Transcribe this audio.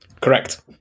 Correct